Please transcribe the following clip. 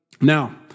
now